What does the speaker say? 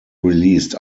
released